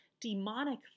demonic